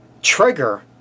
trigger